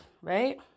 right